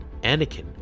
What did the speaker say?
Anakin